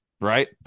right